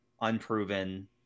Unproven